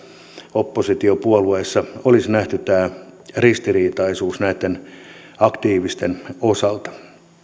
oppositiopuolueissa olisi nähty tämä ristiriitaisuus näitten aktiivisten osalta